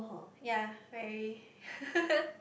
yea very